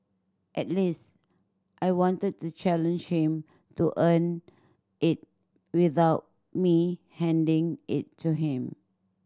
at least I wanted to challenge him to earn it without me handing it to him